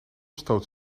stoot